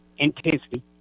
intensity